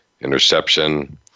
interception